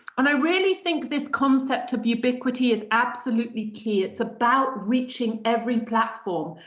and i really think this concept of ubiquity is absolutely key. it's about reaching every platform.